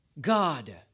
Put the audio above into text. God